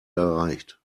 erreicht